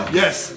yes